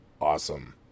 Awesome